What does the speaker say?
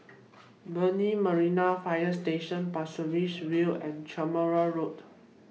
Brani Marine Fire Station Pasir Ris View and Carmichael Road